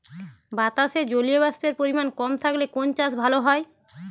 বাতাসে জলীয়বাষ্পের পরিমাণ কম থাকলে কোন চাষ ভালো হয়?